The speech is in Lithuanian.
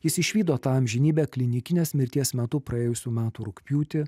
jis išvydo tą amžinybę klinikinės mirties metu praėjusių metų rugpjūtį